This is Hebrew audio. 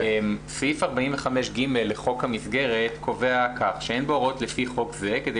סעיף 45(ג) לחוק המסגרת קובע ש"אין בהוראות לפי חוק זה כדי